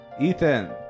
Ethan